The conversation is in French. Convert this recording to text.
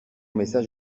message